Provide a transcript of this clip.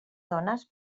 dones